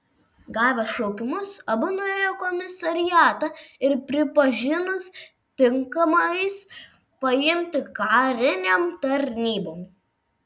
gavę šaukimus abu nuėjo į komisariatą ir pripažinus tinkamais paimti karinėn tarnybon